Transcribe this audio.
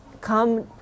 come